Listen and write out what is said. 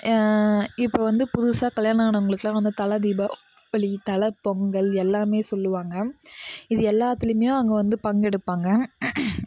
இப்போது வந்து புதுசாக கல்யாணம் ஆனவங்களுக்குலாம் வந்து தலை தீபாவளி தலைப்பொங்கல் எல்லாம் சொல்வாங்க இது எல்லாத்துலேயுமே அவங்க வந்து பங்கெடுப்பாங்க